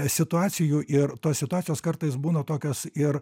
situacijų ir tos situacijos kartais būna tokios ir